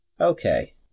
Okay